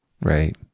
Right